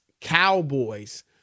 Cowboys